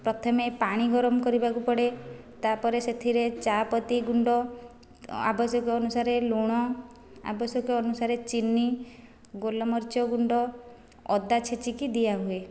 ପ୍ରଥମେ ପାଣି ଗରମ କରିବାକୁ ପଡ଼େ ତା'ପରେ ସେଥିରେ ଚାହା ପତି ଗୁଣ୍ଡ ଆବଶ୍ୟକ ଅନୁସାରେ ଲୁଣ ଆବଶ୍ୟକ ଅନୁସାରେ ଚିନି ଗୋଲମରିଚ ଗୁଣ୍ଡ ଅଦା ଛେଚିକି ଦିଆ ହୁଏ